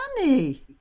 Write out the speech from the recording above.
money